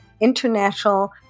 international